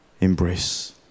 Embrace